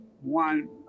one